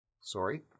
Sorry